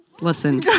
Listen